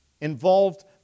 involved